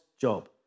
job